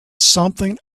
something